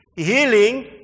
Healing